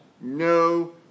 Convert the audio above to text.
no